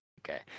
Okay